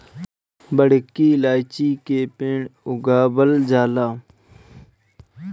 बड़की इलायची के पेड़ उगावल जाला